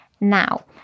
now